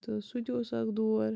تہٕ سُہ تہِ اوس اَکھ دور